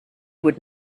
would